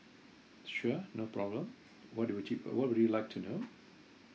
sure no problem what do would you uh what would you like to know